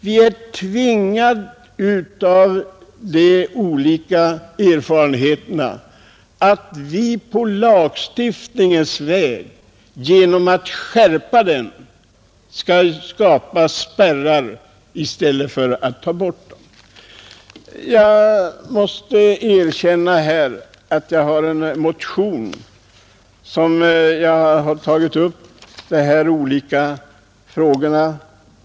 Erfarenheterna visar att vi är tvingade att skärpa lagstiftningen genom att skapa spärrar i stället för att ta bort dem. Jag har i en motion tagit upp de här frågorna.